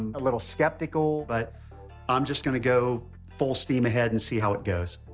and a little skeptical, but i'm just gonna go full steam ahead and see how it goes.